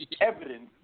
evidence